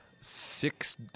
Six